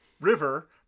River